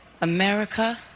America